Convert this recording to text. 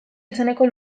izeneko